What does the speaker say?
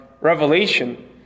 revelation